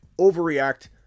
overreact